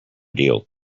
deal